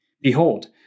Behold